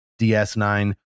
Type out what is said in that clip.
DS9